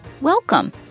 Welcome